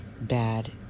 bad